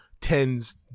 tens